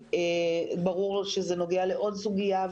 ברור שזה נוגע לעוד סוגיה,